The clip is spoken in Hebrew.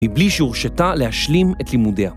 מבלי שהורשתה להשלים את לימודיה.